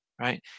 right